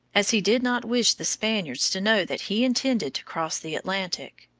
as he did not wish the spaniards to know that he intended to cross the atlantic.